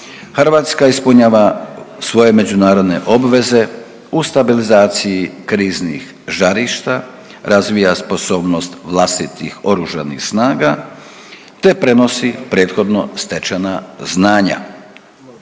Hrvatska ispunjava svoje međunarodne obveze u stabilizaciji kriznih žarišta, razvija sposobnost vlastitih oružanih snaga te prenosi prethodno stečena znanja.